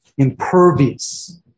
impervious